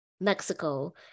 Mexico